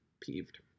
peeved